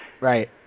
Right